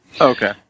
Okay